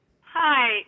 Hi